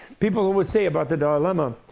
people always say about the dalai lama,